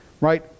Right